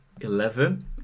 eleven